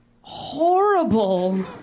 horrible